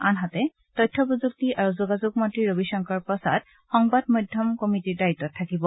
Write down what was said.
আনহাতে তথ্য প্ৰযুক্তি আৰু যোগাযোগ মন্ত্ৰী ৰবিশংকৰ প্ৰসাদ সংবাদ মাধ্যম কমিটীৰ দায়িত্বত থাকিব